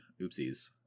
oopsies